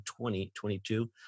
2022